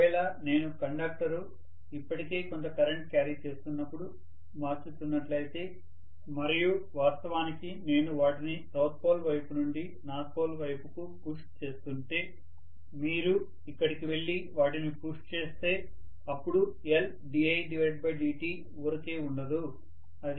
ఒకవేళ నేను కండక్టర్లు ఇప్పటికే కొంత కరెంట్ క్యారీ చేస్తున్నప్పుడు మార్చుతున్నట్లయితే మరియు వాస్తవానికి నేను వాటిని సౌత్ పోల్ వైపు నుండి నార్త్ పోల్ వైపు కు పుష్ చేస్తుంటే మీరు ఇక్కడకి వెళ్లి వాటిని పుష్ చేస్తే అప్పుడు Ldidt ఊరకే ఉండదు